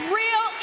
real